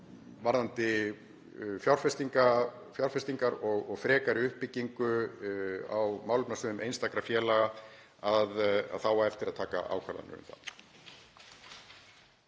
Varðandi fjárfestingar og frekari uppbyggingu á málefnasviðum einstakra félaga þá á eftir að taka ákvarðanir um það.